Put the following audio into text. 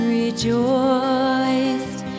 rejoiced